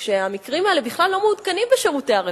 כשהמקרים האלה בכלל לא מעודכנים בשירותי הרווחה,